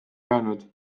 jäänud